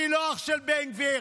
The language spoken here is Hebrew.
אני לא אח של בן גביר.